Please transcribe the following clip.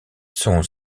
son